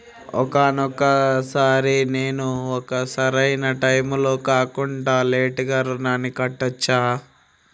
ఒక్కొక సారి నేను ఒక సరైనా టైంలో కాకుండా లేటుగా రుణాన్ని కట్టచ్చా?